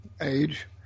age